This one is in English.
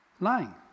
Lying